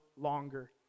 longer